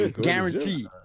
Guaranteed